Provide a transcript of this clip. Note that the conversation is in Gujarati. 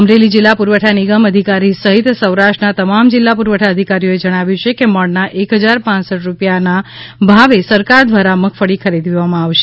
અમરેલી જીલ્લા પુરવઠા નિગમ અધિકારી સહિત સૌરાષ્ટ્રના તમામ જીલ્લા પુરવઠા અધિકારીઓએ જણાવ્યું છે કે મણના એક ફજાર પાંસઠ રૂપિયાના ભાવે સરકાર ધ્વારા મગફળી ખરીદવામાં આવશે